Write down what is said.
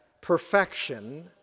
perfection